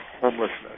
homelessness